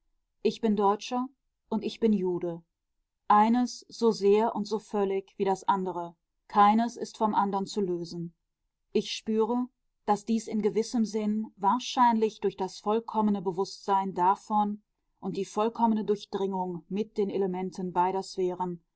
ich bin deutscher und ich bin jude eines so sehr und so völlig wie das andere keines ist vom anderen zu lösen ich spüre daß dies in gewissem sinn wahrscheinlich durch das vollkommene bewußtsein davon und die vollkommene durchdringung mit den elementen